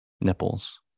nipples